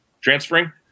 transferring